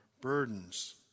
burdens